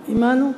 עמנו?